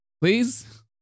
please